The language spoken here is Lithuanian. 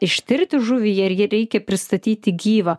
ištirti žuvį reikia pristatyti gyvą